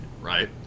right